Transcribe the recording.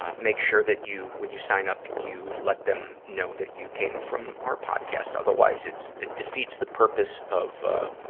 make sure that you, when you sign up, you let them know that you can from our podcast. otherwise, it's, it defeats the purpose of, ah,